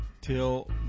till